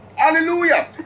Hallelujah